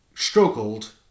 struggled